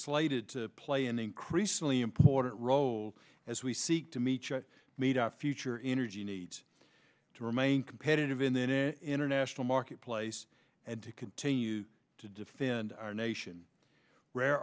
slated to play an increasingly important role as we seek to meet meet our future energy needs to remain competitive in the international marketplace and to continue to defend our nation